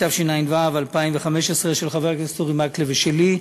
התשע"ו 2015, של חבר הכנסת אורי מקלב ושלי.